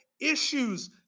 issues